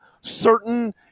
certain